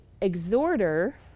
exhorter